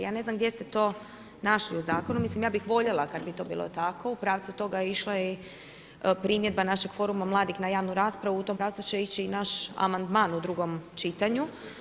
Ja ne znam gdje ste to našli u zakonu, mislim ja bih voljela kad bi to bilo tako, u pravcu toga je išla i primjedba našeg foruma mladih na javnu raspravu u tom pravcu će ići i naš amandman u drugom čitanju.